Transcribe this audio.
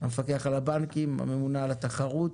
המפקח על הבנקים, הממונה על התחרות